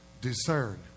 Discern